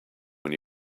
when